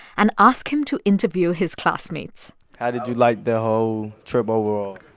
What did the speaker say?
and ask him to interview his classmates how did you like the whole trip overall?